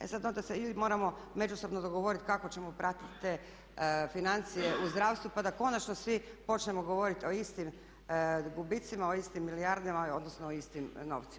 E sada onda se ili moramo međusobno dogovoriti kako ćemo pratiti te financije u zdravstvu pa da konačno svi počnemo govoriti o istim gubicima, o istim milijardama, odnosno o istim novcima.